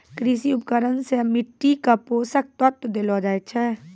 कृषि उपकरण सें मिट्टी क पोसक तत्व देलो जाय छै